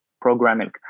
programming